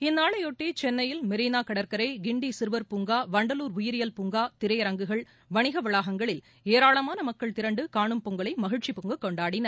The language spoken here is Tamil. இந்நாளையொட்டி சென்னையில் மெரினா கடற்கரை கிண்டி சிறுவர்பூங்கா வண்டலூர் உயிரியல் பூங்கா திரையரங்குகள் வணிக வளாகங்களில் ஏராளமான மக்கள் திரண்டு கானும் பொங்கலை மகிழ்ச்சி பொங்க கொண்டாடினர்